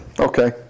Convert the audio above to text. Okay